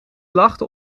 lachte